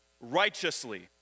righteously